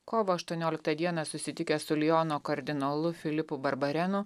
kovo aštuonioliktą dieną susitikęs su liono kardinolu filipu barbarenu